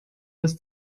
des